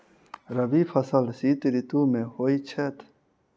रबी फसल शीत ऋतु मे होए छैथ?